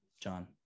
John